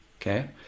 okay